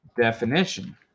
definition